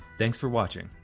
thanks for watching.